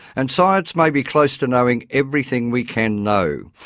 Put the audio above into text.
and science may be close to knowing everything we can know.